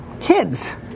kids